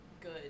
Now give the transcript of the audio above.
good